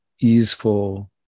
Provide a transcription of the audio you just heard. easeful